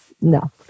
no